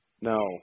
No